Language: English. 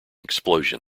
explosion